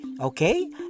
Okay